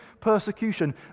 persecution